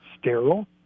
sterile